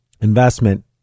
investment